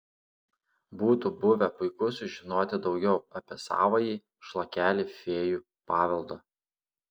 būtų buvę puiku sužinoti daugiau apie savąjį šlakelį fėjų paveldo